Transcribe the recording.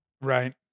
Right